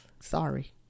sorry